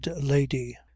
lady